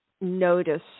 notice